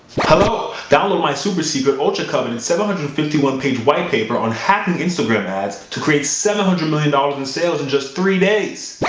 hello! download my super-secret ultra-coveted seven hundred fifty-one-page white paper on hacking instagram ads to create seven hundred million dollars in sales in just three days!